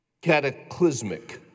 cataclysmic